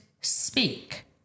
speak